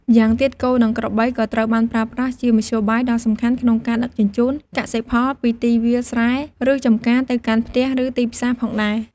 ម្យ៉ាងទៀត គោ និងក្របីក៏ត្រូវបានប្រើប្រាស់ជាមធ្យោបាយដ៏សំខាន់ក្នុងការដឹកជញ្ជូនកសិផលពីទីវាលស្រែ ឬចំការទៅកាន់ផ្ទះឬទីផ្សារផងដែរ។